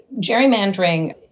gerrymandering